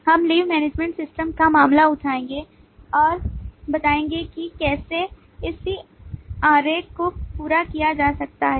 हम leave management system का मामला उठाएंगे और बताएंगे कि कैसे इसी आरेख को पूरा किया जा सकता है